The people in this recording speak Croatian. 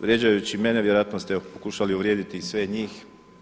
Vrijeđajući mene, vjerojatno ste pokušali uvrijediti i sve njih.